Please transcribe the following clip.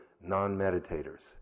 non-meditators